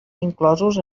inclosos